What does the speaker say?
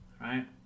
right